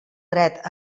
dret